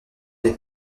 des